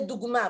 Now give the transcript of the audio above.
לדוגמה,